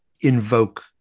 invoke